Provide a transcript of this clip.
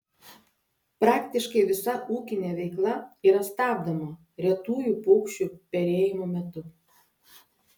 praktiškai visa ūkinė veikla yra stabdoma retųjų paukščių perėjimo metu